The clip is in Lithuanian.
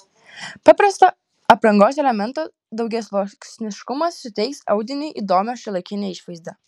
paprasto aprangos elemento daugiasluoksniškumas suteiks audiniui įdomią šiuolaikinę išvaizdą